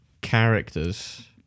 characters